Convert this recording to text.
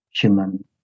human